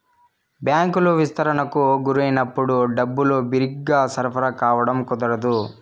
బ్యాంకులు విస్తరణకు గురైనప్పుడు డబ్బులు బిరిగ్గా సరఫరా కావడం కుదరదు